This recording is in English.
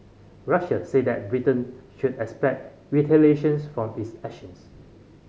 Russia said that Britain should expect retaliations for its actions